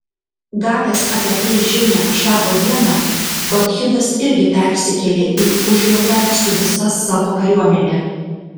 gavęs apie tai žinią šabo dieną bakchidas irgi persikėlė į užjordanę su visa savo kariuomene